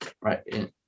right